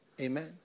Amen